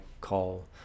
call